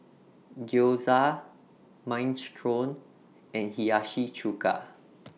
Gyoza Minestrone and Hiyashi Chuka